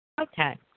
Okay